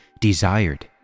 desired